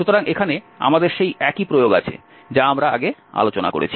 সুতরাং এখানে আমাদের সেই একই প্রয়োগ আছে যা আমরা আগে আলোচনা করেছি